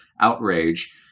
outrage